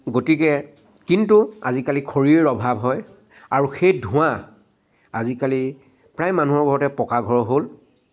গতিকে কিন্তু আজিকালি খৰীৰ অভাৱ হয় আৰু সেই ধোৱা আজিকালি প্ৰায় মানুহৰ ঘৰতে পকা ঘৰ হ'ল